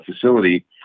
facility